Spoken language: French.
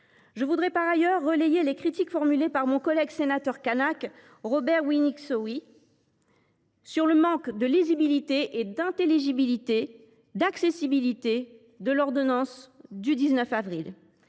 Je voudrais par ailleurs relayer les critiques formulées par mon collègue kanak Robert Wienie Xowie sur le manque de lisibilité, d’intelligibilité et d’accessibilité de l’ordonnance du 19 avril